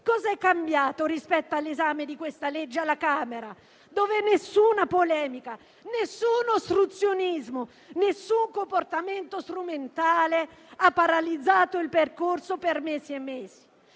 Cosa è cambiato rispetto all'esame di questo disegno di legge alla Camera, dove nessuna polemica, nessun ostruzionismo, nessun comportamento strumentale ne ha paralizzato il percorso per mesi e mesi?